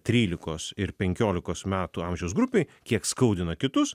trylikos ir penkiolikos metų amžiaus grupėj kiek skaudina kitus